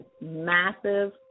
massive